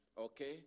okay